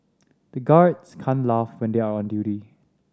the guards can't laugh when they are on duty